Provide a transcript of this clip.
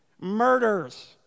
murders